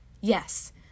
Yes